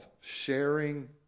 sharing